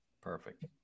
Perfect